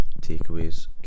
takeaways